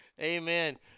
Amen